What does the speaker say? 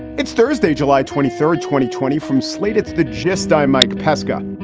it's thursday, july twenty third, twenty twenty from slate's the gist. i'm mike pesca.